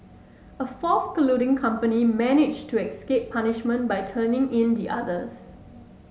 a fourth colluding company managed to escape punishment by turning in the others